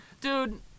Dude